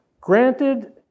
granted